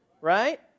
right